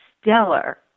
stellar